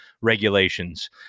regulations